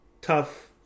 tough